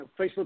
Facebook